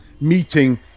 meeting